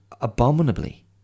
abominably